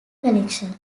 collection